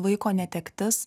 vaiko netektis